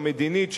המדינית,